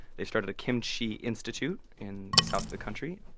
they started a kimchi institute in the south of the country.